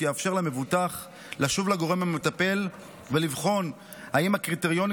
יאפשר למבוטח לשוב לגורם המטפל ולבחון אם הקריטריונים